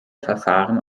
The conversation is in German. verfahren